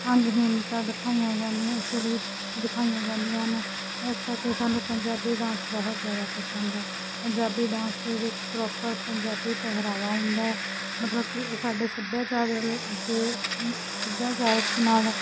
ਅੰਗਹੀਣਤਾ ਦਿਖਾਈਆਂ ਜਾਂਦੀਆਂ ਅਸ਼ਲੀਲ ਦਿਖਾਈਆਂ ਜਾਂਦੀਆਂ ਹਨ ਇਸ ਕਰਕੇ ਸਾਨੂੰ ਪੰਜਾਬੀ ਡਾਂਸ ਬਹੁਤ ਜ਼ਿਆਦਾ ਪਸੰਦ ਹੈ ਪੰਜਾਬੀ ਡਾਂਸ ਦੇ ਵਿੱਚ ਪ੍ਰੋਪਰ ਪੰਜਾਬੀ ਪਹਿਰਾਵਾ ਹੁੰਦਾ ਮਤਲਬ ਕਿ ਉਹ ਸਾਡੇ ਸੱਭਿਆਚਾਰ ਰਿ ਦੇ ਸੱਭਿਆਚਾਰਕ ਨਾਲ